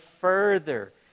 further